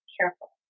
careful